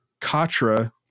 Katra